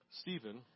Stephen